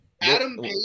Adam